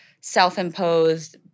self-imposed